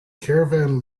caravan